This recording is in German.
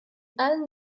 allen